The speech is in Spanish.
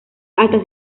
hasta